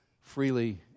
Freely